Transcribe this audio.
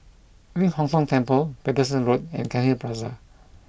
Ling Hong Tong Temple Paterson Road and Cairnhill Plaza